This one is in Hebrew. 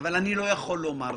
אבל אני לא יכול לומר זאת.